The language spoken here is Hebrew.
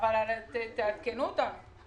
אבל תעדכנו אותנו.